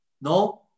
No